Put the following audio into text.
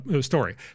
story